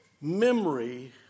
memory